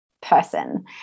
person